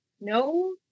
no